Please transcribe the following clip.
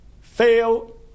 Fail